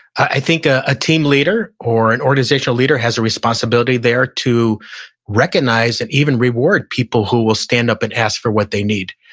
i think ah a team leader or an organizational leader has a responsibility there to recognize and even reward people who will stand up and ask for what they need,